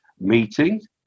meetings